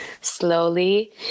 slowly